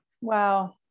Wow